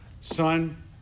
Son